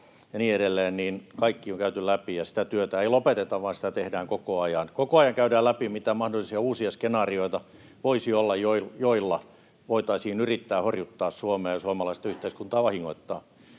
kaikki on käyty läpi, ja sitä työtä ei lopeteta vaan sitä tehdään koko ajan. Koko ajan käydään läpi, mitä mahdollisia uusia skenaarioita voisi olla, joilla voitaisiin yrittää horjuttaa Suomea ja vahingoittaa suomalaista yhteiskuntaa. Siinä